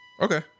Okay